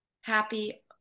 happy